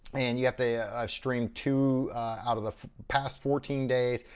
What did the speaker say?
and you have to stream two out of the past fourteen days,